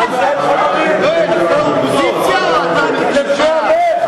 אתה האופוזיציה או הממשלה?